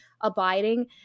abiding